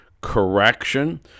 correction